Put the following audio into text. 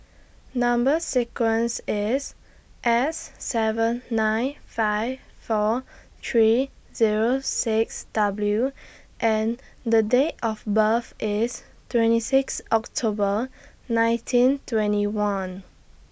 Number sequence IS S seven nine five four three Zero six W and The Date of birth IS twenty six October nineteen twenty one